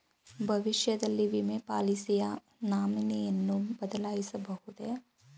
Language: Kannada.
ಭವಿಷ್ಯದಲ್ಲಿ ವಿಮೆ ಪಾಲಿಸಿಯ ನಾಮಿನಿಯನ್ನು ಬದಲಾಯಿಸಬಹುದೇ?